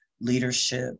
leadership